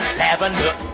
lavender